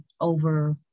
over